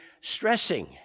stressing